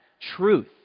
truth